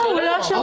לא, הוא לא שומע.